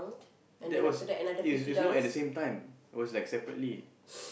that was it's it's not at the same time it was like separately